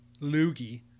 loogie